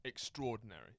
extraordinary